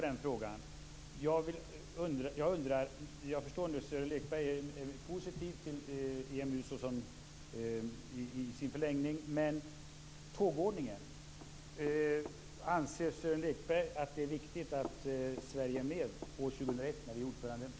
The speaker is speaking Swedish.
Jag förstår att Sören Lekberg är positiv till EMU. Anser Sören Lekberg att det är viktigt att Sverige är med i EMU år 2001 när Sverige blir ordförandeland?